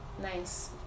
nice